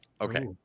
Okay